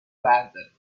برداره